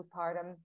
postpartum